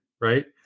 right